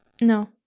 no